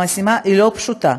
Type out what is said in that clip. המשימה היא לא פשוטה.